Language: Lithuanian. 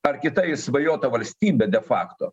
ar kitą išsvajotą valstybę de fakto